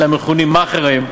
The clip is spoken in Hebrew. אלא מכונים מאכערים,